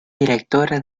directora